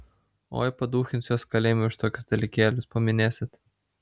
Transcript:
oi paduchins juos kalėjime už tokius dalykėlius paminėsit